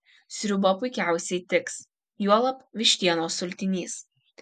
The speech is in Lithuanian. sriuba puikiausiai tiks juolab vištienos sultinys